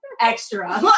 Extra